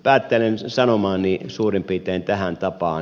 päättelen sanomaani suurin piirtein tähän tapaan